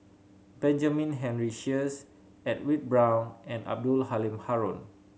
Benjamin Henry Sheares Edwin Brown and Abdul Halim Haron